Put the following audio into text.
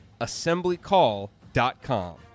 assemblycall.com